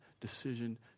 decision